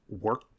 work